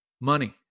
money